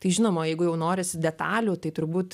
tai žinoma jeigu jau norisi detalių tai turbūt